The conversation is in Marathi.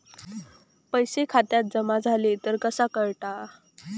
पैसे खात्यात जमा झाले तर कसा कळता?